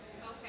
Okay